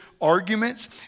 arguments